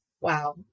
Wow